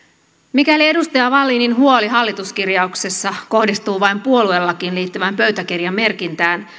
mikäli edustaja wallinin huoli hallituskirjauksista kohdistuu vain puoluelakiin liittyvään pöytäkirjamerkintään